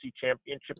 championship